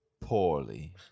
poorly